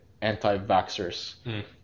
anti-vaxxers